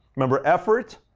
remember effort,